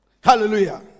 Hallelujah